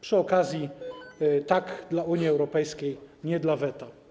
Przy okazji: tak - dla Unii Europejskiej, nie - dla weta.